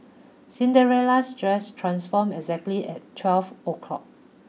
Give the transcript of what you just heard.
Cinderella's dress transformed exactly at twelve O clock